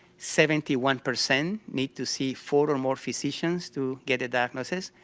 seventy one percent need to see four or more physicians to get a diagnosis,